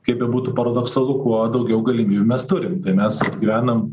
kaip bebūtų paradoksalu kuo daugiau galimybių mes turim tai mes gyvenam